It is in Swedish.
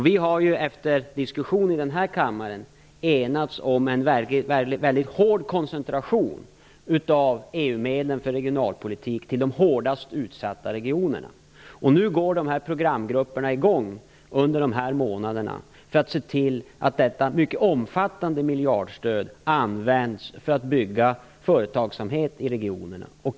Vi har efter diskussioner i den här kammaren enats om en väldigt stark koncentration av EU-medel för regionalpolitik till de hårdast utsatta regionerna. Nu skall programgrupperna komma i gång under de närmaste månaderna. De skall se till att detta mycket omfattande stöd används för att bygga upp företagsamhet i regionerna.